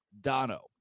Dono